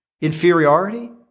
inferiority